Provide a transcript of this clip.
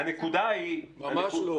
ממש לא.